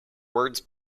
words